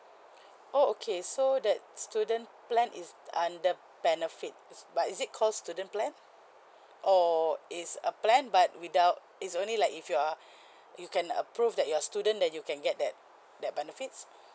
oh okay so that student plan is under benefits but is it call student plan or is a plan but without is only like if you are you can uh prove that you're student then you can get that that benefits